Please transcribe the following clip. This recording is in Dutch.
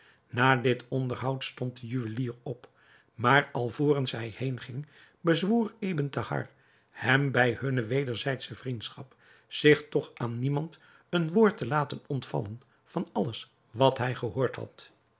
na dit onderhoud stond de juwelier op maar alvorens hij heenging bezwoer ebn thahar hem bij hunne wederzijdsche vriendschap zich toch aan niemand een woord te laten ontvallen van alles wat hij gehoord had